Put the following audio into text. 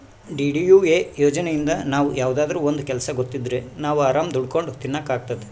DDUA ಯೋಜನೆಇಂದ ನಾವ್ ಯಾವ್ದಾದ್ರೂ ಒಂದ್ ಕೆಲ್ಸ ಗೊತ್ತಿದ್ರೆ ನಾವ್ ಆರಾಮ್ ದುಡ್ಕೊಂಡು ತಿನಕ್ ಅಗ್ತೈತಿ